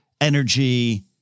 energy